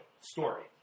story